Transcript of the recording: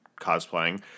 cosplaying